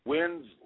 Wins